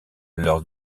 leur